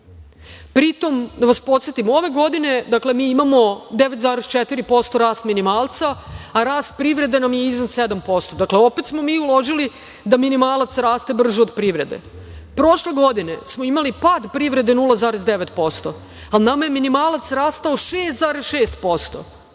mesta. Pritom, da vas podsetim, ove godine imamo 9,4% rast minimalca, a rast privrede nam je iznad 7%. Dakle, opet smo mi uložili da minimalac raste brže od privrede. Prošle godine smo imali pad privrede 0,9%, ali nama je minimalac rastao 6,6%.